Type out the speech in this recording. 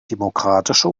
demokratische